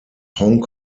hong